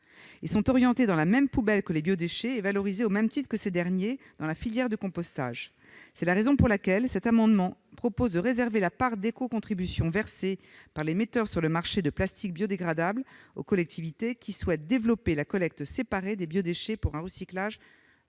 Ils sont orientés dans la même poubelle que les biodéchets et valorisés au même titre que ces derniers dans la filière de compostage. C'est la raison pour laquelle cet amendement tend à réserver la part d'éco-contribution versée par les metteurs sur le marché de plastiques biodégradables aux collectivités qui souhaitent développer la collecte séparée des biodéchets pour un recyclage